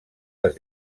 les